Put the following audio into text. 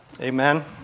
Amen